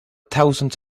thousands